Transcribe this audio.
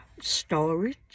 storage